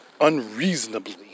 unreasonably